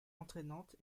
entraînante